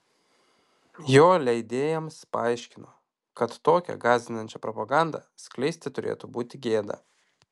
jo leidėjams paaiškino kad tokią gąsdinančią propagandą skleisti turėtų būti gėda